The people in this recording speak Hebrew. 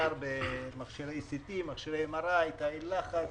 מדובר במכשירי CT ומכשירי MRI, תאי לחץ.